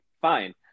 fine